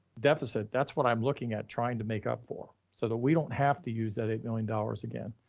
deficit, that's what i'm looking at, trying to make up for so that we don't have to use that eight million dollars again,